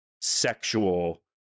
sexual